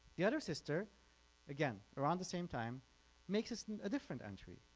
the other sister again around the same time makes a different entry.